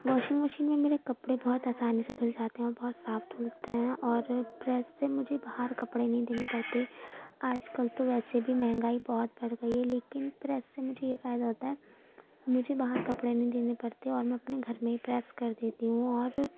washing machine میں میرے کپڑے بہت آسانی سے دھل جاتے ہیں اور بہت صاف دھلتے ہیں اور پریس سے مجھے باہر کپڑے نہیں دینے پڑتے آج کل تو ویسے بھی مہنگائی بہت بڑھ گئی ہے لیکن پریس سے مجھے یہ فائدہ ہوتا ہے مجھے باہر کپڑے نہیں دینے پڑتے اور میں اپنے گھر میں ہی پریس کر دیتی ہوں اور